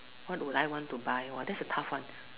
what would I want to but !wah! that's a tough one